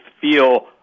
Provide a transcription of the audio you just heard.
feel